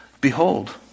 Behold